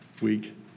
week